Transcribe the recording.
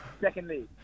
Secondly